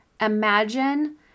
imagine